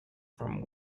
from